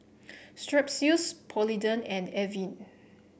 Strepsils Polident and Avene